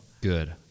Good